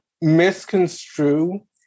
misconstrue